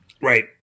right